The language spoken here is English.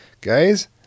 guys